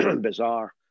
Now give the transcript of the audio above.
bizarre